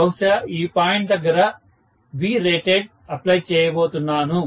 బహుశా ఈ పాయింట్ దగ్గర Vrated అప్లై చేయబోతున్నాను